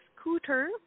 scooter